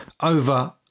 over